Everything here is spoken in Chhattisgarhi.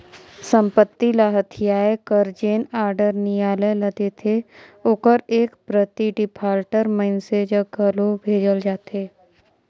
संपत्ति ल हथियाए कर जेन आडर नियालय ल देथे ओकर एक प्रति डिफाल्टर मइनसे जग घलो भेजल जाथे